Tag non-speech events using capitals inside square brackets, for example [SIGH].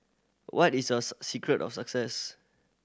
what is your [UNINTELLIGIBLE] secret of success